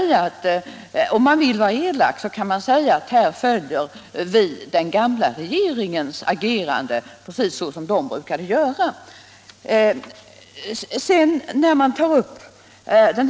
Om 82 jag skall vara elak så kan jag säga att här agerar vi precis på samma sätt som utskottsmajoriteten gjorde på den gamla regeringens tid.